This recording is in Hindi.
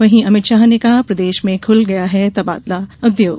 वहीं अमित शाह ने कहा प्रदेश में खुल गया है तबादला उद्योग